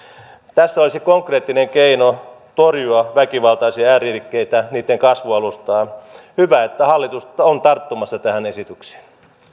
tässä olisi konkreettinen keino torjua väkivaltaisia ääriliikkeitä niitten kasvualustaa hyvä että hallitus on tarttumassa tähän esitykseen